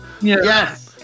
yes